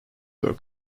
were